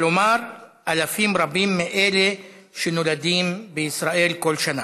כלומר אלפים רבים מאלה שנולדים בישראל בכל שנה.